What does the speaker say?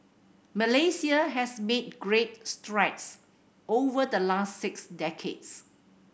Malaysia has made great strides over the last six decades